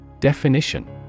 Definition